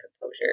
composure